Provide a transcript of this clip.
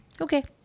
Okay